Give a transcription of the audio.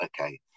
okay